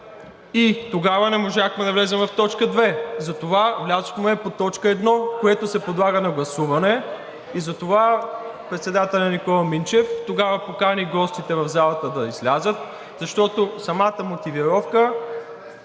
Тогава не можахме да влезем в точка две, а по точка едно, което се подлага на гласуване, и затова председателят Никола Минчев тогава покани гостите в залата да излязат, защото самата мотивировка